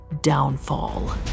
downfall